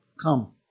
come